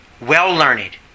well-learned